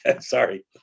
sorry